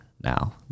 now